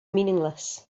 meaningless